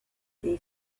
their